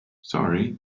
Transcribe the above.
sorry